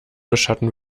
beschatten